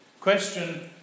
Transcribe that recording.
Question